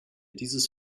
dieses